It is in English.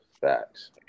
Facts